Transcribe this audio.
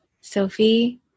Sophie